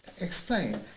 explain